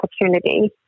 opportunity